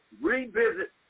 revisit